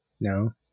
No